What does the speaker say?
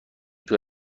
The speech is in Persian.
توی